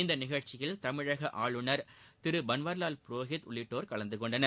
இந்த நிகழ்ச்சியில் தமிழக ஆளுநர் திரு பன்வாரிவால் புரோஹித் உள்ளிட்டோர் கலந்து கொண்டனர்